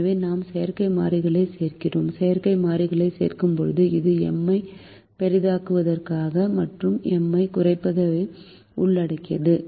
எனவே நாம் செயற்கை மாறிகளைச் சேர்க்கிறோம் செயற்கை மாறிகளைச் சேர்க்கும்போது இது M ஐ பெரிதாக்குவதற்கான மற்றும் M ஐக் குறைப்பதை உள்ளடக்கியது